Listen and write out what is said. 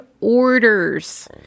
orders